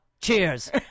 Cheers